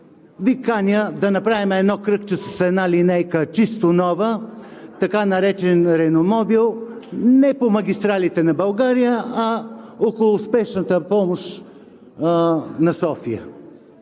Ви каня да направим едно кръгче с линейка, чисто нова, така наречен реномобил, не по магистралите на България, а около Спешната помощ на София.